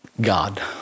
God